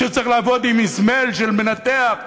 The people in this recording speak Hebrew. שצריך לעבוד עם אזמל של מנתח,